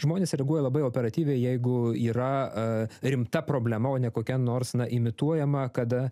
žmonės reaguoja labai operatyviai jeigu yra a rimta problema o ne kokia nors na imituojama kada